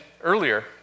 earlier